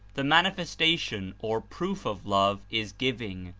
the manifestation or proof of love is giving,